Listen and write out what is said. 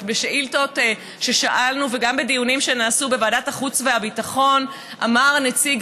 בשאילתות ששאלנו וגם בדיונים שנעשו בוועדת החוץ והביטחון אמר נציג